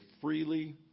freely